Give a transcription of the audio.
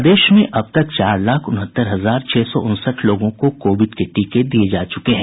प्रदेश में अब तक चार लाख उनहत्तर हजार छह सौ उनसठ लोगों को कोविड के टीके दिये जा चुके हैं